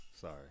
sorry